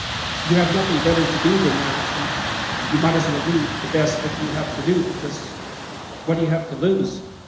you have nothing better to do than that and you might as well do the best that you have to do, because what do you have to lose?